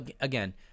Again